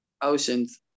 oceans